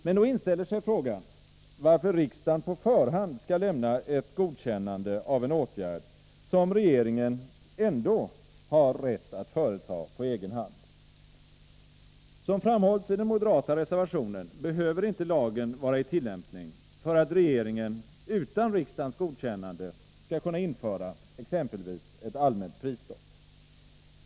Men då inställer sig frågan, varför riksdagen på förhand skall lämna ett godkännande av en åtgärd som regeringen ändå har rätt att vidta på egen hand. Som framhålls i den moderata reservationen behöver inte lagen vara i tillämpning för att regeringen utan riksdagens godkännande skall kunna införa exempelvis ett allmänt prisstopp.